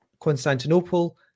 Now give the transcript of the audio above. Constantinople